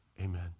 Amen